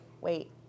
wait